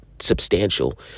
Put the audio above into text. substantial